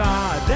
God